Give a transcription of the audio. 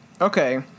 Okay